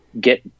get